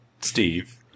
Steve